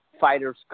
fighters